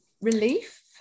relief